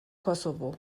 kosovo